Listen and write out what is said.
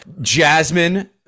Jasmine